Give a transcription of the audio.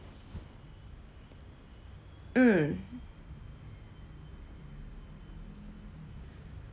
mm